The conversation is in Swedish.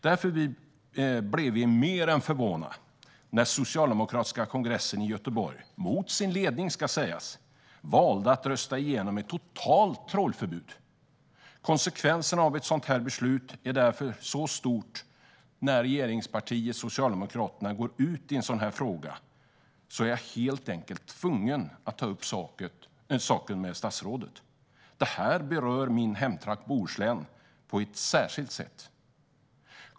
Därför blev jag mer än förvånad när den socialdemokratiska kongressen i Göteborg - mot sin ledning, ska sägas - valde att rösta igenom ett totalt trålförbud. Konsekvenserna av ett sådant beslut är, när regeringspartiet Socialdemokraterna går ut i en sådan fråga, så pass stora att jag helt enkelt var tvungen att ta upp saken med statsrådet. Detta berör min hemtrakt Bohuslän på ett särskilt sätt.